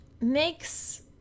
makes